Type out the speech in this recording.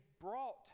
brought